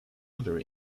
other